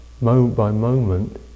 moment-by-moment